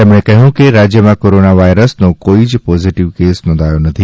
તેમણે કહ્યું કે રાજ્યમાં કોરીના વાયરસનો કોઈ જ પોઝિટિવ કેસ નોંધાયો નથી